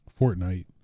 Fortnite